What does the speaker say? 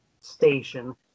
station